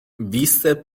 visse